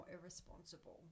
irresponsible